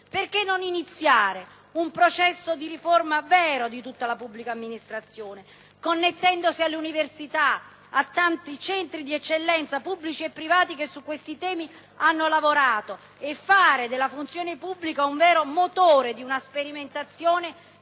perché non iniziare un processo di riforma vero di tutta la pubblica amministrazione, connettendosi alle università, a tanti centri di eccellenza pubblici e privati che su questi temi hanno lavorato, e fare della funzione pubblica un vero motore di una sperimentazione